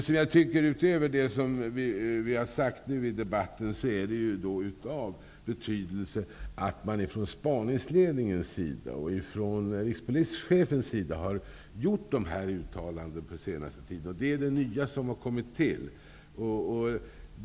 Fru talman! Utöver vad jag hittills har sagt i debatten vill jag påpeka att det är av betydelse att spaningsledningen och rikspolischefen på senare tid har gjort dessa uttalanden. Det är det nya som har kommit till.